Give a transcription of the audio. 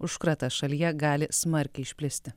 užkratas šalyje gali smarkiai išplisti